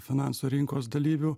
finansų rinkos dalyvių